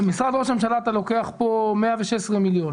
משרד ראש הממשלה, אתה לוקח כאן 116 מיליון.